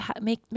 make